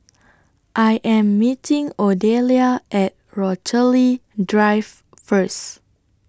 I Am meeting Odelia At Rochalie Drive First